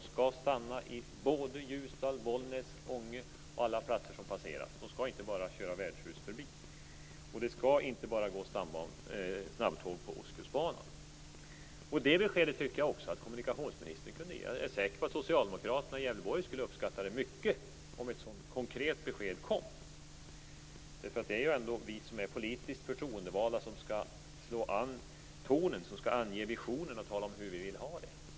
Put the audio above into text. De skall stanna i både Ljusdal, Bollnäs, Ånge och alla platser som passeras. De skall inte bara köra förbi värdshus. Det skall inte bara gå snabbtåg på Ostkustbanan. Det beskedet tycker jag också att kommunikationsministern kunde ge. Jag är säker på att socialdemokraterna i Gävleborg skulle uppskatta det mycket om ett sådant konkret besked kom. Det är ändå vi som är politiskt förtroendevalda som skall slå an tonen, som skall ange visioner och tala om hur vi vill ha det.